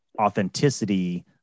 authenticity